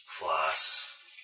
plus